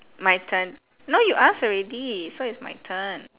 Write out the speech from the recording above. my turn no you ask already so it's my turn